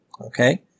Okay